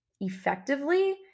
effectively